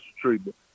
treatment